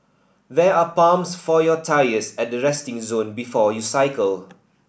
there are pumps for your tyres at the resting zone before you cycle